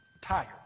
tired